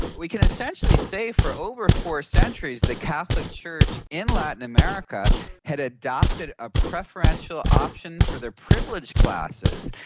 we can essentially say for over four centuries the catholic church in latin america had adopted a preferential option for their privileged classes,